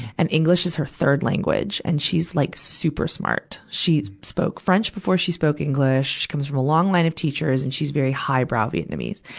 and english is her third language. and she's like super smart. she spoke french before she spoke english. she comes from a long line of teachers, and she's very high-brow vietnamese.